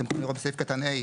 אתם יכולים לראות את סעיף קטן (ה)